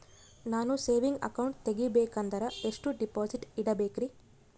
ನಾನು saving account ತೆಗಿಬೇಕಂದರ ಎಷ್ಟು ಡಿಪಾಸಿಟ್ ಇಡಬೇಕ್ರಿ?